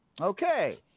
Okay